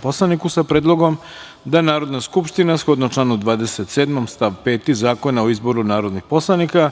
poslaniku, sa predlogom da Narodna skupština, shodno članu 27. stav 5. Zakona o izboru narodnih poslanika,